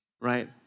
Right